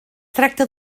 tracta